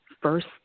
first